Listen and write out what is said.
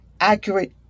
accurate